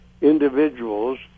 individuals